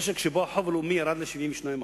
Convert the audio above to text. משק שבו החוב הלאומי ירד ל-72%,